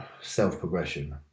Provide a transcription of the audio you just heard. self-progression